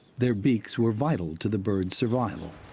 their beaks were vital to the birds' survival.